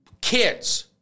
kids